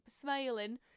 Smiling